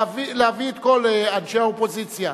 להביא את כל אנשי האופוזיציה,